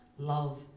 love